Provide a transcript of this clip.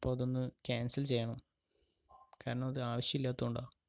അപ്പോൾ അതൊന്ന് ക്യാൻസൽ ചെയ്യണം കാരണം അത് ആവശ്യം ഇല്ലാത്തതു കൊണ്ടാ